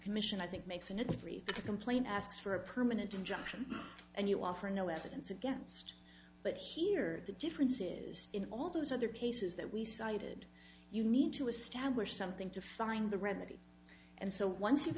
commission i think makes and it's free to complain asks for a permanent injunction and you offer no evidence against but here the difference is in all those other cases that we cited you need to establish something to find the remedy and so once you've